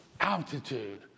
altitude